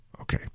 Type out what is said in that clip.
Okay